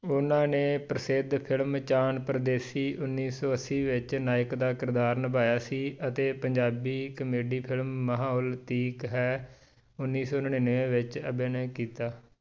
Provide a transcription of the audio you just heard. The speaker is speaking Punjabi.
ਉਨ੍ਹਾਂ ਨੇ ਪ੍ਰਸਿੱਧ ਫਿਲਮ ਚੰਨ ਪਰਦੇਸੀ ਉੱਨੀ ਸੌ ਅੱਸੀ ਵਿੱਚ ਨਾਇਕ ਦਾ ਕਿਰਦਾਰ ਨਿਭਾਇਆ ਸੀ ਅਤੇ ਪੰਜਾਬੀ ਕਮੇਡੀ ਫਿਲਮ ਮਾਹੌਲ ਤੀਕ ਹੈ ਉੱਨੀ ਸੌ ਨੜਿਨਵੇਂ ਵਿੱਚ ਅਭਿਨੇ ਕੀਤਾ